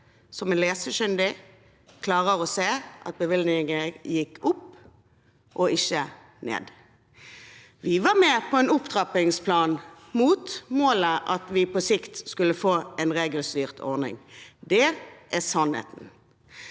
som er lesekyndig, klarer å se at bevilgningene gikk opp og ikke ned. Vi var med på en opptrappingsplan mot målet om at vi på sikt skulle få en regelstyrt ordning. Det er sannheten.